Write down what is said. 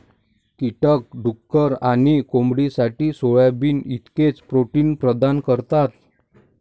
कीटक डुक्कर आणि कोंबडीसाठी सोयाबीन इतकेच प्रोटीन प्रदान करतात